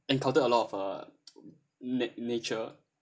encountered a lot of uh nat~ nature